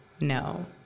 No